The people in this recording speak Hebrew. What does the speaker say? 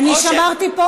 אני שמרתי פה.